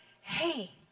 hey